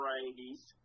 varieties